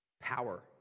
power